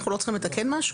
אנחנו לא צריכים לתקן משהו?